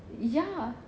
ya